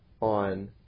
on